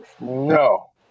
No